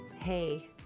Hey